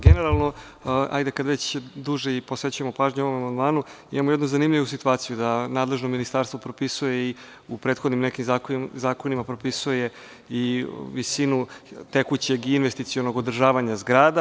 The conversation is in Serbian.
Generalno, hajde kad već duže posvećujemo pažnju ovom amandmanu, imamo jednu zanimljivu situaciju da nadležno ministarstvo propisuje i u prethodnim nekim zakonima, propisuje i visinu tekućeg investicionog održavanja zgrada.